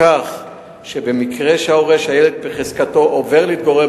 כך שבמקרה שההורה שהילד בהחזקתו עובר להתגורר